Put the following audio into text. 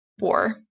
war